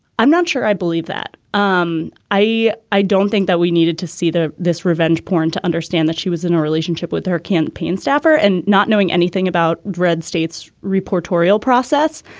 i'm not sure i believe that. um i i don't think that we needed to see this revenge porn to understand that she was in a relationship with her campaign staffer and not knowing anything about red states reportorial process.